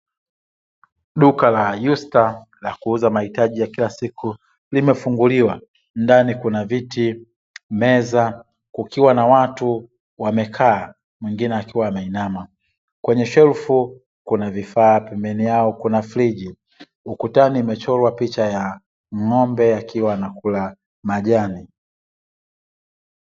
Duka la Yusta la kuuza mahitaji ya kila siku limefunguliwa, ndani kuna viti, meza, kukiwa na watu wamekaa mwingine akiwa ameinama kwenye shelfu, kuna vifaa pembeni yao kuna friji, ukutani imechorwa picha ya ng'ombe akiwa anakula majani.